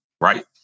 Right